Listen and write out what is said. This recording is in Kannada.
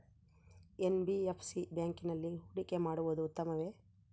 ಎನ್.ಬಿ.ಎಫ್.ಸಿ ಬ್ಯಾಂಕಿನಲ್ಲಿ ಹೂಡಿಕೆ ಮಾಡುವುದು ಉತ್ತಮವೆ?